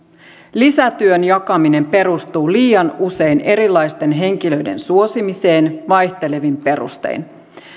lisätyön jakaminen perustuu liian usein erilaisten henkilöiden suosimiseen vaihtelevin perustein